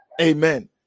Amen